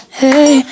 hey